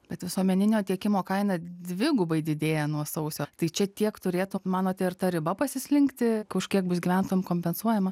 bet visuomeninio tiekimo kaina dvigubai didėja nuo sausio tai čia tiek turėtų manote ir ta riba pasislinkti kažkiek bus gyventojams kompensuojama